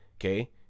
Okay